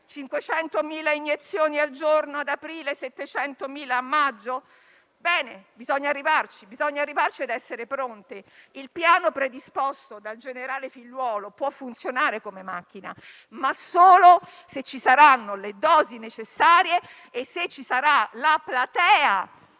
500.000 iniezioni al giorno ad aprile e 700.000 a maggio? Bene: bisogna arrivarci. Bisogna arrivarci ed essere pronti. Il piano predisposto dal generale Figliuolo può funzionare come macchina, ma solo se ci saranno le dosi necessarie e se ci sarà la platea